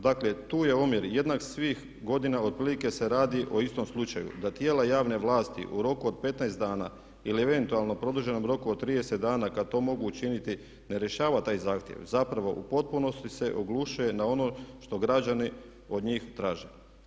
Dakle tu je omjer jednak svih godina otprilike se radi o istom slučaju da tijela javne vlasti u roku od 15 dana ili eventualno produženom roku od 30 dana kada to mogu učiniti ne rješava taj zahtjev zapravo u potpunosti se oglušuje na ono što građani od njih traže.